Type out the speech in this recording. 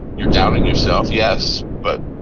you're doubting yourself, yes. but,